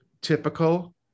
typical